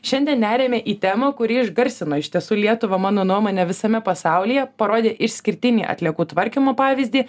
šiandien neriame į temą kuri išgarsino iš tiesų lietuvą mano nuomone visame pasaulyje parodė išskirtinį atliekų tvarkymo pavyzdį